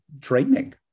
training